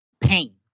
pain